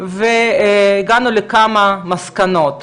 והגענו לכמה מסקנות.